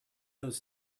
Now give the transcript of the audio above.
those